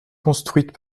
construite